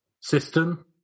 system